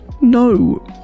No